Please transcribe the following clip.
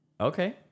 Okay